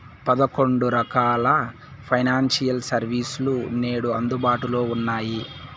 పదకొండు రకాల financial service లు నేడు అందుబాటులో ఉన్నాయి